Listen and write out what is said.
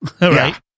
right